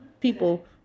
People